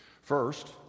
First